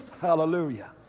Hallelujah